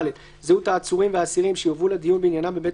(ד)זהות העצורים והאסירים שיובאו לדיון בעניינם בבית